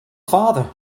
father